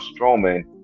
Strowman